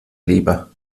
leber